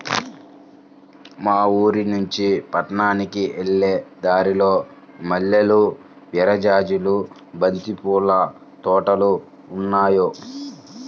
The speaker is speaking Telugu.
మా ఊరినుంచి పట్నానికి వెళ్ళే దారిలో మల్లెలు, విరజాజులు, బంతి పూల తోటలు ఉన్నాయ్